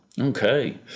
Okay